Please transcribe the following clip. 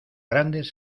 grandes